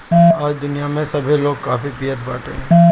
आज दुनिया में सभे लोग काफी पियत बाटे